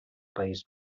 país